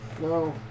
No